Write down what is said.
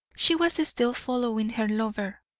she was still following her lover.